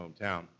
hometown